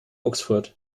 oxford